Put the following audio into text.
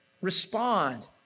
respond